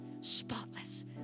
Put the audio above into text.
spotless